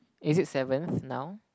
is it seventh now